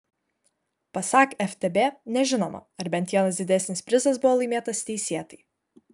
pasak ftb nežinoma ar bent vienas didesnis prizas buvo laimėtas teisėtai